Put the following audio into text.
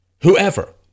Whoever